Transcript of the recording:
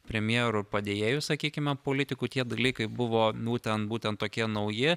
premjerų padėjėjų sakykime politikų tie dalykai buvo būtent būtent tokie nauji